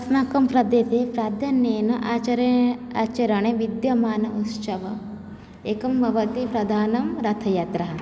अस्माकं प्रदेशे प्राधान्येन आचारे आचरणे विद्यमान उत्सवः एका भवति प्रधाना रथयात्रा